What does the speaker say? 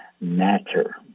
matter